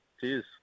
Cheers